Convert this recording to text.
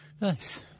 Nice